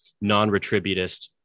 non-retributist